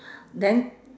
then